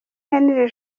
henri